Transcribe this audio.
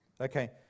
Okay